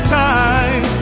time